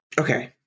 Okay